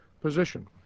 position